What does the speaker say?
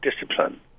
discipline